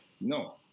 no